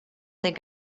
think